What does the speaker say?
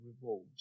reward